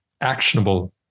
actionable